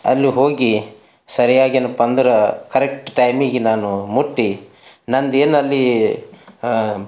ಅಲ್ಲಿ ಹೋಗಿ ಸರಿಯಾಗಿನ್ ಪಂದ್ರ ಕರೆಕ್ಟ್ ಟೈಮಿಗೆ ನಾನು ಮುಟ್ಟಿ ನಂದೇನಲ್ಲಿ